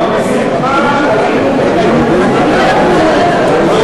בשמחה היינו מקיימים, טוב,